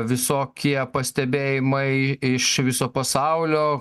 visokie pastebėjimai iš viso pasaulio